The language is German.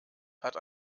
hat